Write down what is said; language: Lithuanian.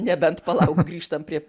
nebent palauk grįžtam prie